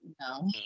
no